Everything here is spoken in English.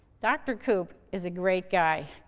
dr. koop is a great guy.